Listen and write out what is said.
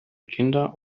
kinder